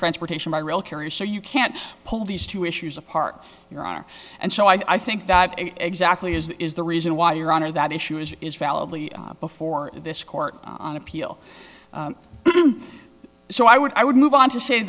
transportation by real curious or you can't pull these two issues apart your honor and so i think that exactly is the reason why your honor that issue is is valid before this court on appeal so i would i would move on to say